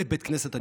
בית כנסת,